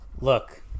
Look